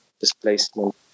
displacement